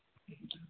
ꯎꯝ